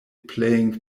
playing